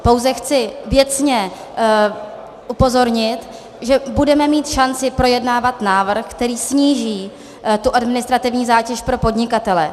Pouze chci věcně upozornit, že budeme mít šanci projednávat návrh, který sníží administrativní zátěž pro podnikatele.